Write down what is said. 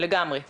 לגמרי כן.